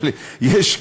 אבל יש,